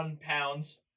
pounds